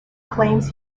claims